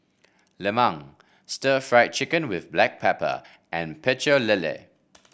Lemang Stir Fried Chicken with Black Pepper and Pecel Lele